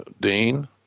Dean